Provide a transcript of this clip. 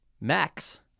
Max